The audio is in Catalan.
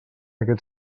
aquest